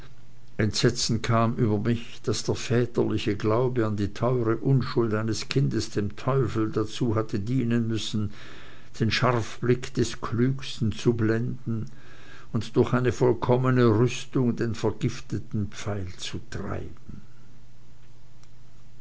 entsetzen kam über mich daß der väterliche glaube an die teure unschuld eines kindes dem teufel dazu hatte dienen müssen den scharfblick des klügsten zu blenden und durch eine vollkommene rüstung den vergifteten pfeil zu treiben